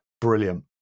brilliant